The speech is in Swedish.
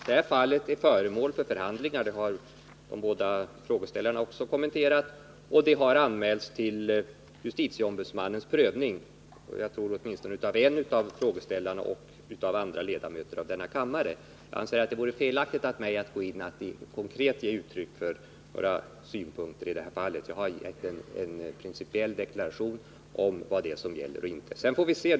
Det fallet är föremål för förhandlingar, det har de båda frågeställarna också kommenterat, och det har anmälts till justitieombudsmannen för prövning — jag tror av åtminstone en av frågeställarna och av andra ledamöter i denna kammare. Jag anser att det då vore felaktigt av mig att gå närmare in på fallet och att konkret ge uttryck för några synpunkter. Jag har redan gjort en principiell deklaration om vad det är som gäller och vad som inte gäller.